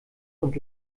und